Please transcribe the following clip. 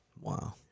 Wow